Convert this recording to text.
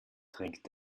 trinkt